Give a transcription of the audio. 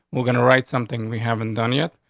we're going to write something we haven't done yet,